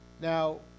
Now